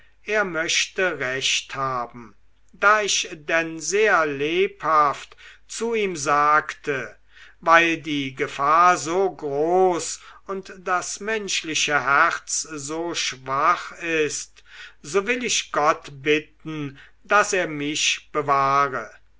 er möchte recht haben da ich denn sehr lebhaft zu ihm sagte weil die gefahr so groß und das menschliche herz so schwach ist so will ich gott bitten daß er mich bewahre